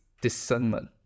discernment